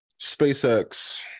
SpaceX